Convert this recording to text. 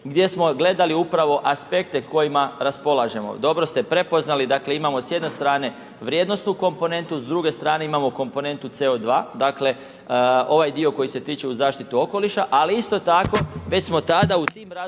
gdje smo gledali upravo aspekte kojima raspolažemo. Dobro ste prepoznali dakle, imamo s jedne strane vrijednosnu komponentu, s druge strane imamo komponentu CO2, dakle ovaj dio koji se tiče uz zaštitu okoliša, ali isto tako već smo tada u tim razgovorima